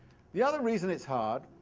the other reason it's hard